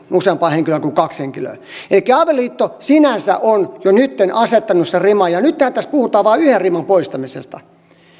useampaa kuin kaksi henkilöä elikkä avioliitto sinänsä on jo asettanut sen riman ja ja nyttenhän tässä puhutaan vain yhden riman poistamisesta